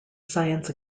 science